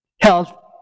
health